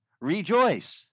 Rejoice